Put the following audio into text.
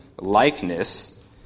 likeness